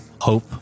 hope